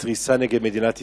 מתריסה נגד מדינת ישראל.